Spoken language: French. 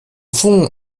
fond